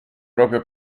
proprio